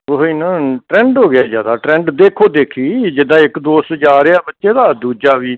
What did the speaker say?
ਤੁਸੀਂ ਨਾ ਟਰੈਂਡ ਹੋ ਗਿਆ ਜ਼ਿਆਦਾ ਟਰੈਂਡ ਦੇਖੋ ਦੇਖੀ ਜਿੱਦਾਂ ਇੱਕ ਦੋਸਤ ਜਾ ਰਿਹਾ ਬੱਚੇ ਦਾ ਦੂਜਾ ਵੀ